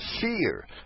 fear